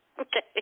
okay